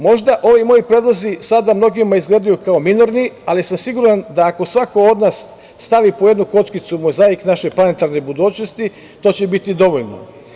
Možda ovi moji predlozi sada mnogima izgledaju kao minorni, ali sam siguran da ako svako od nas stavi po jednu kockicu u mozaik naše planetarne budućnosti, to će biti dovoljno.